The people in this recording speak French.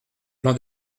plan